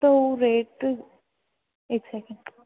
त हू रेट हिकु सेकंड